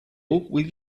will